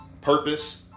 purpose